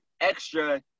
extra